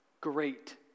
Great